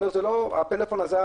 ההוא אומר: "הטלפון הזה,